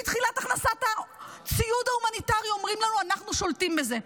מתחילת הכנסת הציוד ההומניטרי אומרים לנו: אנחנו שולטים בזה.